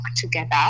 together